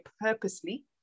purposely